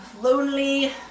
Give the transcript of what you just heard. lonely